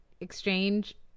exchange